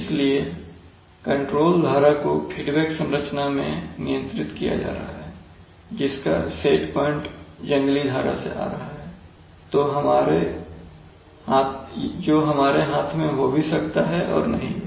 इसलिए कंट्रोल धारा को फीडबैक संरचना में नियंत्रित किया जा रहा है जिसका सेट प्वाइंट जंगली धारा से आ रहा है जो हमारे हाथ में हो भी सकता है और नहीं भी